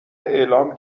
اعلام